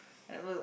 at first